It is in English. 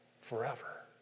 forever